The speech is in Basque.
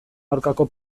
aurkako